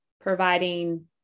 providing